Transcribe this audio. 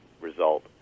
result